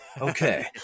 Okay